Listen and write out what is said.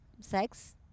sex